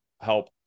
help